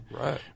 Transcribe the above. Right